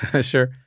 Sure